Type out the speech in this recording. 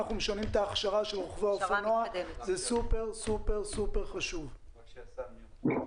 זה יקרה כבר בחודשיים הקרובים.